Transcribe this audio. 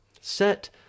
Set